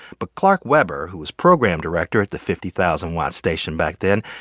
but clark weber, who was program director at the fifty thousand watt station back then,